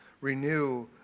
Renew